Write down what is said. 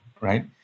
right